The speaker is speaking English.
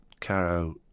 Caro